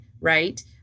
right